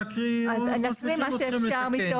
אני אקריא מה שאפשר.